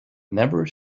never